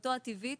בסביבתו הטבעית,